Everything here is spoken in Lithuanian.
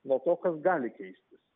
nuo to kas gali keistis